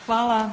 Hvala.